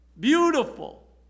Beautiful